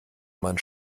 man